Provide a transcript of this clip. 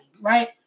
right